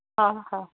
हा हा